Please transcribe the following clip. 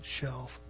shelf